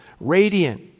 Radiant